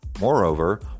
Moreover